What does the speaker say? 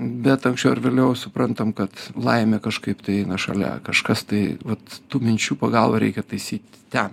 bet anksčiau ar vėliau suprantam kad laimė kažkaip tai eina šalia kažkas tai vat tų minčių pagalba reikia taisyti ten